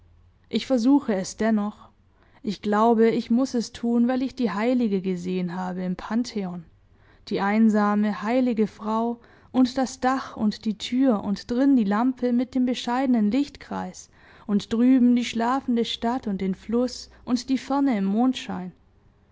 ich versuche es dennoch ich glaube ich muß es tun weil ich die heilige gesehen habe im pantheon die einsame heilige frau und das dach und die tür und drin die lampe mit dem bescheidnen lichtkreis und drüben die schlafende stadt und den fluß und die ferne im mondschein